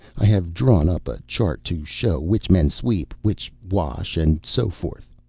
i have drawn up a chart to show which men sweep, which wash, and so forth.